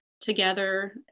together